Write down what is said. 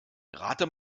rate